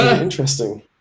interesting